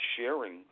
sharing